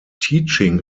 teaching